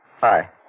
Hi